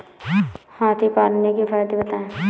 हाथी पालने के फायदे बताए?